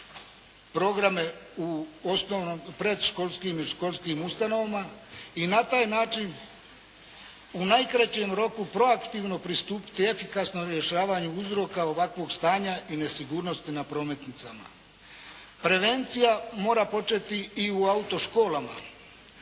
programe u predškolskim i školskim ustanovama i na taj način u najkraćem roku proaktivno pristupiti efikasnom rješavanju uzroka ovakvog stanja i nesigurnosti na prometnicama. Prevencija mora početi i u autoškolama